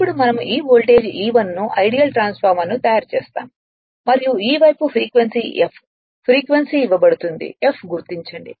ఇప్పుడు మనం ఈ వోల్టేజ్ E 1 ను ఐడియల్ ట్రాన్స్ఫార్మర్ను తయారు చేస్తాము మరియు ఈ వైపు ఫ్రీక్వెన్సీ f ఫ్రీక్వెన్సీ ఇవ్వబడుతుంది f గుర్తించండి